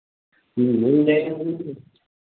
मिल जाएगा ना सभी चीज़